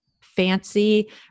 fancy